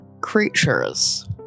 creatures